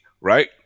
right